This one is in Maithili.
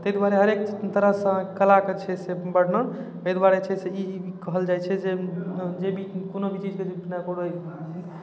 ताहि दुआरे हरेक तरहसँ कलाके छै से वर्णन ताहि दुआरे छै से ई ई कहल जाए छै जे जे भी कोनो भी चीजके बिना कोनो